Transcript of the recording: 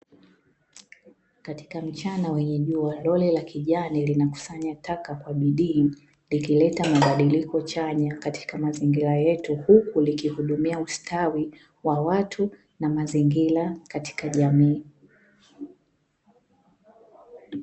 Katika mchana wenye jua, lori la kijani linakusanya taka kwa bidii, likileta mabadiliko chaya katika mazingira yetu, huku likihudumia ustawi wa watu na mazingira katika jamii.